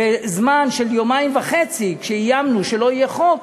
ביומיים וחצי, כשאיימנו שלא יהיה חוק,